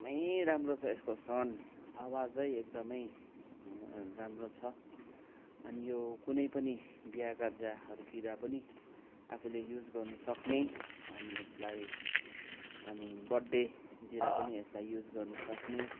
एकदमै राम्रो छ यसको साउन्ड आवाजै एकदमै राम्रो छ अनि यो कुनै पनि बिहा कार्यहरूतिर पनि आफूले युज गर्नुसक्ने अनि यसलाई अनि बर्थडेतिर पनि यसलाई युज गर्नुसक्ने